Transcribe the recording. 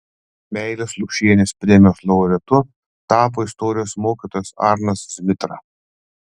meilės lukšienės premijos laureatu tapo istorijos mokytojas arnas zmitra